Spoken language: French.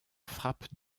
frappe